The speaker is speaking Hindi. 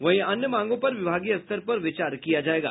वहीं अन्य मांगों पर विभागीय स्तर पर विचार किया जायेगा